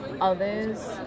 others